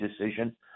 decision